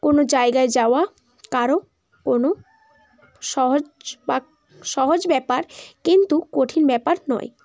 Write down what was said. কোনো জায়গায় যাওয়া কারো কোনো সহজ বা সহজ ব্যাপার কিন্তু কঠিন ব্যাপার নয়